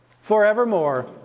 forevermore